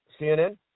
CNN